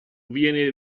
viene